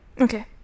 Okay